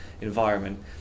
environment